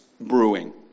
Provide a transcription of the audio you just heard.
brewing